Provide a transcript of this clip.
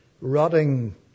rotting